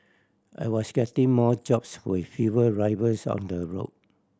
I was getting more jobs with fewer drivers on the road